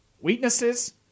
Weaknesses